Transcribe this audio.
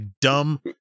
dumb